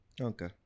Okay